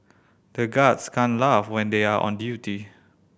the guards can't laugh when they are on duty